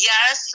Yes